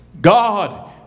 God